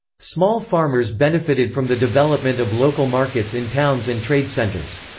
small farmers benefited from the development of local markets in towns and trade centres.